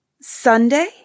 Sunday